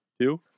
two